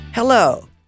Hello